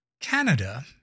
Canada